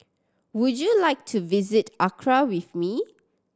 would you like to visit Accra with me